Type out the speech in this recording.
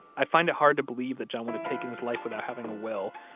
i find it hard to believe that john would have taken his life without having a will.